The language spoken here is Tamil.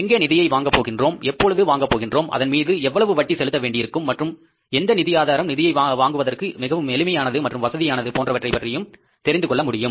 எங்கே நிதியை வாங்க போகின்றோம் எப்பொழுது வாங்க போகின்றோம் அதன் மீது எவ்வளவு வட்டி செலுத்த வேண்டியிருக்கும் மற்றும் எந்த நிதி ஆதாரம் நிதியை வாங்குவதற்கு மிகவும் எளிமையானது மற்றும் வசதியானது போன்றவற்றை பற்றியும் தெரிந்து கொள்ள முடியும்